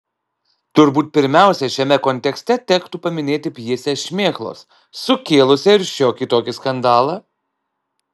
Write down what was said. turbūt pirmiausia šiame kontekste tektų paminėti pjesę šmėklos sukėlusią ir šiokį tokį skandalą